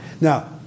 Now